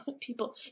people